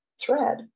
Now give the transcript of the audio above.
thread